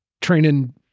training